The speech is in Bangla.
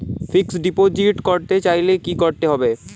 ফিক্সডডিপোজিট করতে চাইলে কি করতে হবে?